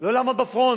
לא לעמוד בפרונט,